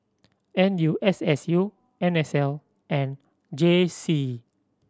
N U S S U N S L and J C